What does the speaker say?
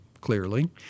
clearly